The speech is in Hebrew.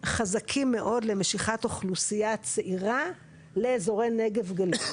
ספציפית על המעשים והיוזמות שלו בתחומי הנגב והגליל,